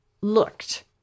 looked